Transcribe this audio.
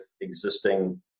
existing